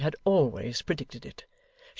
she had always predicted it.